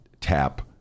tap